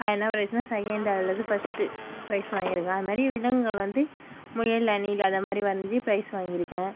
என்ன ப்ரைஸ்னால் சகெண்டு அல்லது ஃபஸ்ட்டு ப்ரைஸ் வாங்கியிருக்கேன் அதை மாதிரி விலங்குகள் வந்து முயல் அணில் அதை மாதிரி வரஞ்சு ப்ரைஸ் வாங்கியிருக்கேன்